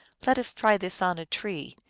let us try this on a tree.